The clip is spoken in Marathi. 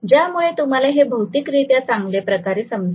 ज्यामुळे तुम्हाला हे भौतिकरित्या चांगल्या प्रकारे समजेल